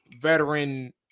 veteran